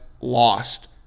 lost